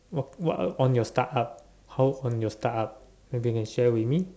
what what on your startup how on your startup maybe you can share with me